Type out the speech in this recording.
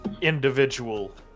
individual